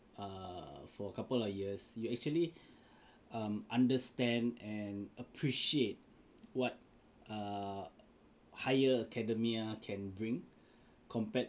err for a couple of years you actually um understand and appreciate what err higher academia can bring compared